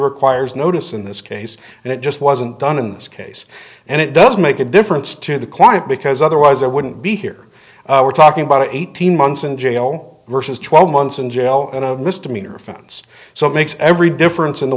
requires notice in this case and it just wasn't done in this case and it does make a difference to the client because otherwise there wouldn't be here we're talking about eighteen months in jail versus twelve months in jail and a misdemeanor offense so it makes every difference in the